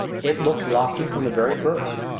it looks lofty from the very first.